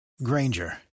Granger